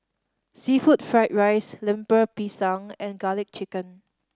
seafood fried rice Lemper Pisang and Garlic Chicken